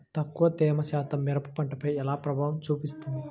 తక్కువ తేమ శాతం మిరప పంటపై ఎలా ప్రభావం చూపిస్తుంది?